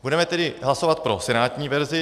Budeme tedy hlasovat pro senátní verzi.